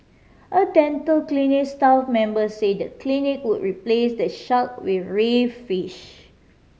a dental clinic staff member said the clinic would replace the shark with reef fish